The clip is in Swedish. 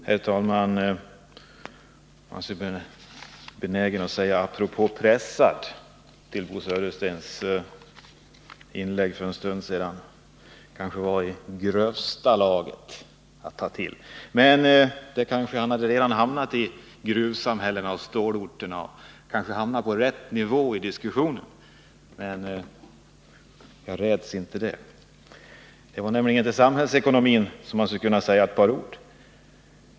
Herr talman! Jag är benägen att säga att ordet pressad i Bo Söderstens inlägg för en stund sedan var i grövsta laget. Men han kanske redan hade hamnat i gruvsamhällena, på stålorterna och på rätt nivå i diskussionen — men jag räds inte det. Det var nämligen om samhällsekonomin som jag ville säga ett par ord.